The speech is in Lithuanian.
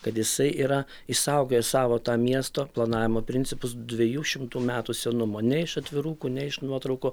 kad jisai yra išsaugojęs savo tą miesto planavimo principus dviejų šimtų metų senumo ne iš atvirukų ne iš nuotraukų